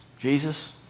Jesus